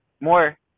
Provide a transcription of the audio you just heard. more